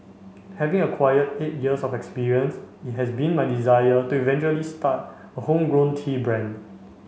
having acquired eight years of experience it has been my desire to eventually start a homegrown tea brand